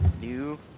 new